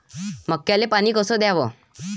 मक्याले पानी कस द्याव?